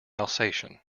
alsatian